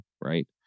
right